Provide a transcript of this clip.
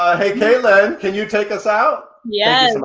ah hey, caitlin, can you take us out? yes.